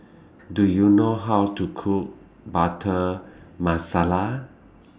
Do YOU know How to Cook Butter Masala